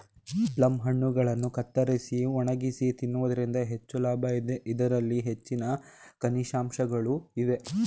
plum ಹಣ್ಣುಗಳನ್ನು ಕತ್ತರಿಸಿ ಒಣಗಿಸಿ ತಿನ್ನುವುದರಿಂದ ಹೆಚ್ಚು ಲಾಭ ಇದೆ, ಇದರಲ್ಲಿ ಹೆಚ್ಚಿನ ಖನಿಜಾಂಶಗಳು ಇವೆ